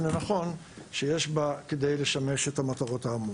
לנכון שיש בה כדי לשרת את המטרות האמורות.